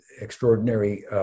extraordinary